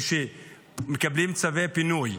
כשמקבלים צווי פינוי,